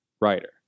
writer